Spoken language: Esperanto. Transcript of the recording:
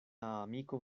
amiko